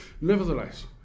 Nevertheless